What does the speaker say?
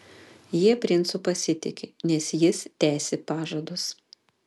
jie princu pasitiki nes jis tesi pažadus